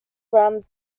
around